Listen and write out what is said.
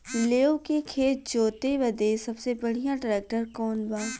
लेव के खेत जोते बदे सबसे बढ़ियां ट्रैक्टर कवन बा?